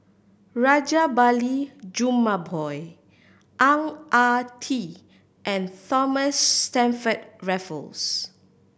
Rajabali Jumabhoy Ang Ah Tee and Thomas Stamford Raffles